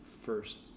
first